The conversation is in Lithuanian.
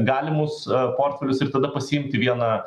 galimus portfelius ir tada pasiimti vieną